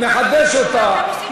נחדש אותה.